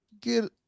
get